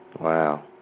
Wow